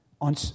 on